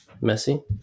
messy